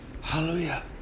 Hallelujah